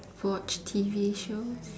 watch T_V show